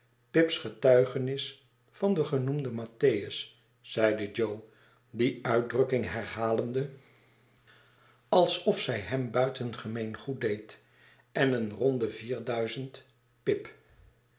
pip's getuigenis van den genoemden mattheiis zeide jo die uitdrukking herhalende alsof zij hem buitengemeengoed deed en een ronde vier duizend pip